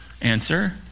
Answer